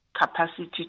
capacity